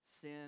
Sin